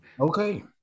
okay